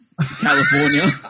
California